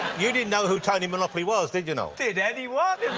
you didn't know who tony monopoly was, did you, noel? did anyone in